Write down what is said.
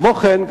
כמו כן,